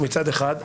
מצד אחד,